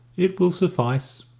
it will suffice,